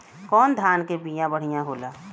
कौन धान के बिया बढ़ियां होला?